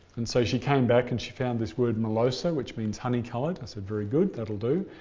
and so she came back and she found this word mellosa which means honey coloured. i said very good. that will do.